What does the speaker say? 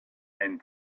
and